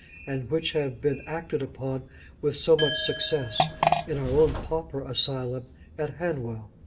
and which have been acted upon with so much success in our own pauper asylum at hanwell.